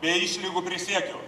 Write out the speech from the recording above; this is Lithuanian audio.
be išlygų prisiekiu